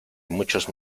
muchos